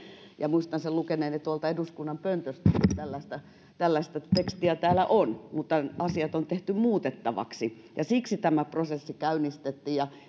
ja muistan sen lukeneeni tuolta eduskunnan pöntöstä että tällaista tekstiä täällä on mutta asiat on tehty muutettaviksi ja siksi tämä prosessi käynnistettiin